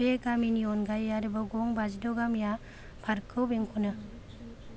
बे गामिनि अनगायै आरोबाव गं बाजिद' गामिया पार्कखौ बेंखनो